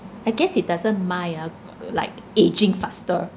I guess he doesn't mind ah like aging faster